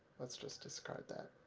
let's just discard that.